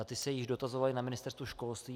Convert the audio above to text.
Ty se již dotazovaly na Ministerstvu školství.